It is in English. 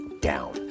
down